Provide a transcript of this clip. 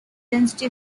density